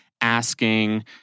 asking